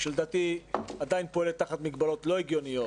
שלדעתי עדיין פועלת תחת מגבלות לא הגיוניות.